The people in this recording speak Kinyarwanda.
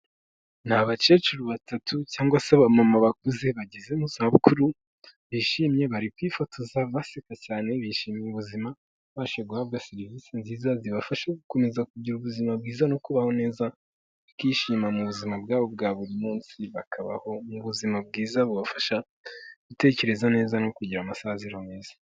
Ni abakecuru batatu cyangwa se abamama bakuze bageze mu zabukuru bishimye, bari kwifotoza baseka cyane bishimiye ubuzima babashije guhabwa serivisi nziza zibafasha gukomeza kugira ubuzima bwiza no kubaho neza. Bakishima mu buzima bwabo bwa buri munsi, bakabaho mu buzima bwiza bubafasha gutekereza neza no kugira amasaziro meza.